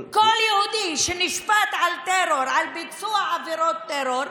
כל יהודי שנשפט על טרור, על ביצוע עבירות טרור,